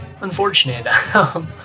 Unfortunate